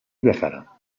بخرم